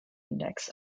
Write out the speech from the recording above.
index